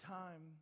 time